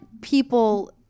people